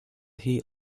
heat